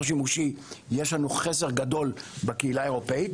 שימושי יש לנו חסר גדול בקהילה האירופית,